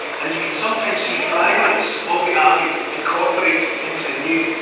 and you can sometimes see fragments of the abbey incorporated into the new.